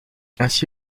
ainsi